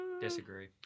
Disagree